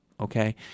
Okay